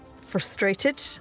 frustrated